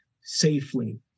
safely